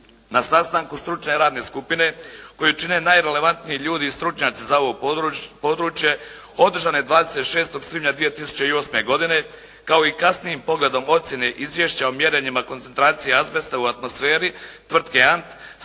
Na sastanku stručne radne skupine koju čine najrelevantniji ljudi i stručnjaci za ovo područje održana je 26. svibnja 2008. godine kao i kasnijim pogledom ocjene izvješća o mjerenjima koncentracije azbesta u atmosferi tvrtke Ant